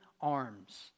arms